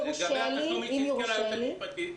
לגבי התשלומים שהזכירה היועצת המשפטית,